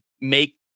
make